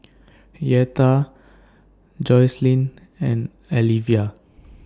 Yetta Jocelyn and Alivia